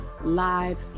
live